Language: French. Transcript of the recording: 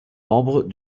membres